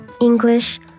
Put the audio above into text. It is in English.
English